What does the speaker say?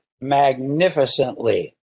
magnificently